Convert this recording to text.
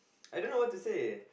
I don't know what to say